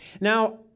Now